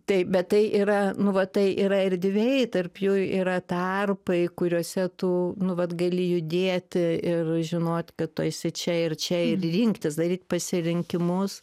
tai bet tai yra nu va tai yra erdvėj tarp jų yra tarpai kuriuose tu nu vat gali judėti ir žinot kad tu esi čia ir čia ir rinktis daryt pasirinkimus